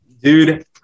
Dude